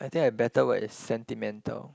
I think a better word is sentimental